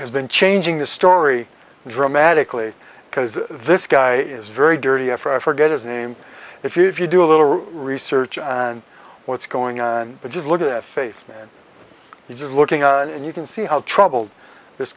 has been changing the story dramatically because this guy is very dirty after i forget his name if you if you do a little research and what's going on but just look at it face man he's looking on and you can see how troubled this